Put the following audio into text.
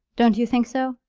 don't you think so?